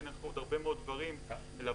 עיין ערך עוד הרבה מאוד דברים לוועדה